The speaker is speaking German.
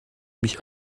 mich